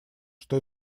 что